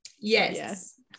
Yes